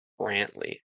Brantley